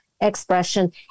expression